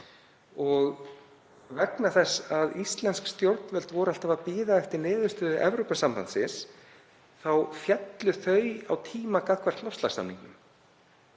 Vegna þess að íslensk stjórnvöld voru alltaf að bíða eftir niðurstöðu Evrópusambandsins þá féllu þau á tíma gagnvart loftslagssamningnum.